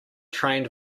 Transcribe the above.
trained